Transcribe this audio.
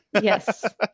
Yes